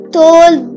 told